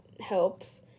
helps